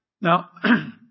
Now